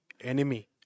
enemy